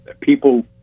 people